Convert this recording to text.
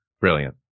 Brilliant